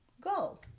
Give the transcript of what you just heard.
go